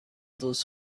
those